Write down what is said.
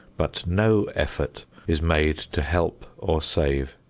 but no effort is made to help or save.